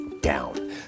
down